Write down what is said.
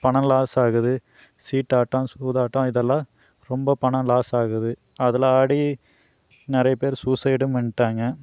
பணம் லாஸ் ஆகுது சீட்டாட்டம் சூதாட்டம் இதெல்லாம் ரொம்ப பணம் லாஸ் ஆகுது அதுலாம் ஆடி நிறையப் பேர் சூசைடும் பண்ணிடாங்க